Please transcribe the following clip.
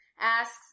asks